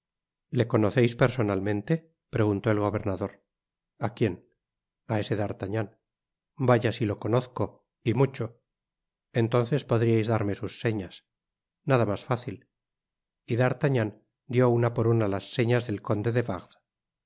le conoceis personalmente preguntó el gobernador a quien a ese d'artagnan vaya si le conozco y mucho entonces podriais darme sus señas nada mas fácil y d'artagnan dió una por una las señas del conde de